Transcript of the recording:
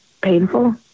painful